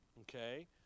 Okay